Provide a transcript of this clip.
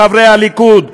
חברי הליכוד,